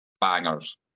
bangers